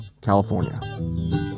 California